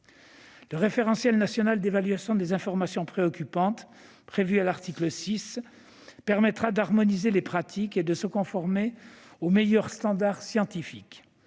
Le référentiel national d'évaluation des informations préoccupantes prévu à l'article 6 permettra d'harmoniser les pratiques et de se conformer aux meilleurs standards scientifiques.